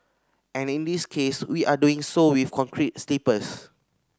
and in this case we are doing so with concrete sleepers